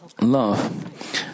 love